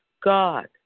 God